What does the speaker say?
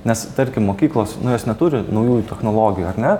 nes tarkim mokyklos nu jos neturi naujųjų technologijų ar ne